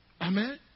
Amen